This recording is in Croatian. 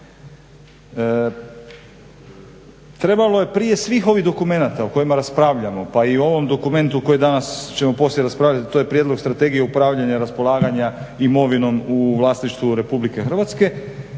Trebalo je prije svih ovih dokumenata o kojima raspravljamo, pa i o ovom dokumentu koji danas ćemo poslije raspravljat, to je Prijedlog strategije upravljanja i raspolaganja imovinom u vlasništvu Republike Hrvatske,